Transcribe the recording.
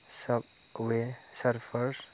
सापवे सारफार्स